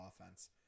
offense